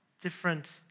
different